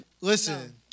Listen